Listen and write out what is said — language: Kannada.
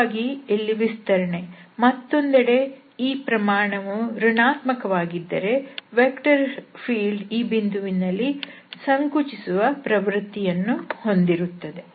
ಹಾಗಾಗಿ ಇಲ್ಲಿ ವಿಸ್ತರಣೆ ಮತ್ತೊಂದೆಡೆ ಈ ಪ್ರಮಾಣವು ಋಣಾತ್ಮಕ ವಾಗಿದ್ದರೆ ವೆಕ್ಟರ್ ಫೀಲ್ಡ್ ಈ ಬಿಂದುವಿನಲ್ಲಿ ಸಂಕುಚಿಸುವ ಪ್ರವೃತ್ತಿಯನ್ನು ಹೊಂದಿರುತ್ತದೆ